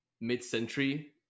mid-century